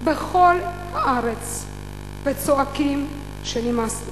בכל הארץ וצועקים שנמאס להם.